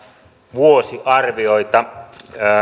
vuosiarvioita